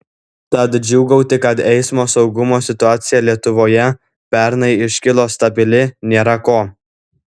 tad džiūgauti kad eismo saugumo situacija lietuvoje pernai išliko stabili nėra ko